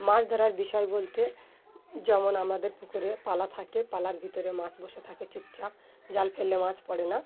মাছ ধরার বিষয় বলতে যেমন আমাদের পুকুরে পালা থাকে পালার ভিতরে মাছ বসে থাকে চুপচাপ জাল ফেলে মাছ পড়ে না